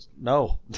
No